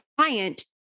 client